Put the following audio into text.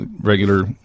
regular